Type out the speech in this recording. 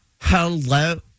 hello